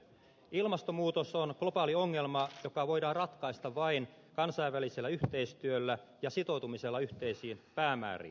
ilmastonmuutos on globaali ongelma joka voidaan ratkaista vain kansainvälisellä yhteistyöllä ja sitoutumisella yhteisiin päämääriin